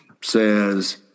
says